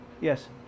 Yes